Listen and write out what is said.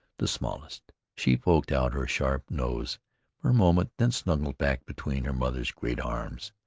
the smallest she poked out her sharp nose for a moment, then snuggled back between her mother's great arms,